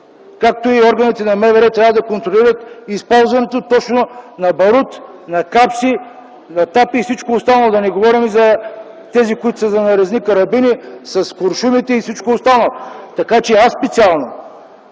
както и органите на МВР трябва да контролират използването точно на барут, на капси, на тапи и всичко останало, да не говорим за тези, които са за нарезни карабини с куршумите и всичко останало. Аз ще повторя